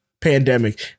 pandemic